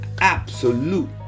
absolute